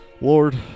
Lord